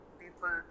people